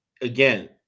again